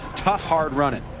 tough, hard running.